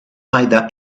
either